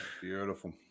Beautiful